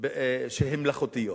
בהחלטות שהן מלאכותיות.